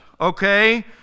okay